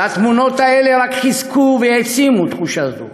והתמונות האלה רק חיזקו והעצימו תחושה זו.